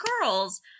girls